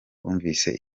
bumvise